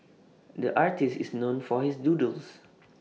the artist is known for his doodles